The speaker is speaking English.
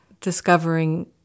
discovering